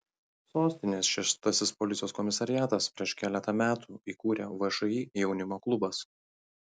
sostinės šeštasis policijos komisariatas prieš keletą metų įkūrė všį jaunimo klubas